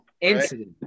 Incident